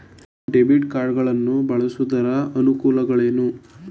Debit card ಗಳನ್ನು ಬಳಸುವುದರ ಅನಾನುಕೂಲಗಳು ಏನು?